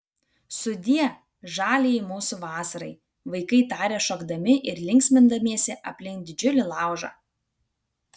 sudie žaliajai mūsų vasarai vaikai tarė šokdami ir linksmindamiesi aplink didžiulį laužą